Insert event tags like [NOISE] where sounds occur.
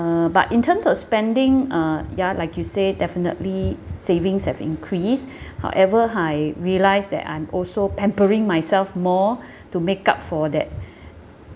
uh but in terms of spending uh ya like you say definitely savings have increased [BREATH] however I realised that I'm also pampering myself more [BREATH] to make up for that [BREATH]